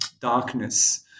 darkness